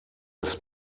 ist